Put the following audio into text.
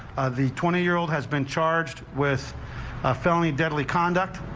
the twenty year-old has been charged with a felony deadly conduct.